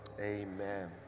Amen